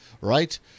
right